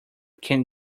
can